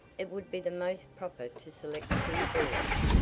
it would be the most proper to select two boys.